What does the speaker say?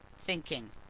thinking.